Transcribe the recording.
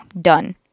Done